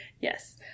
Yes